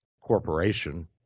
corporation